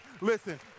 Listen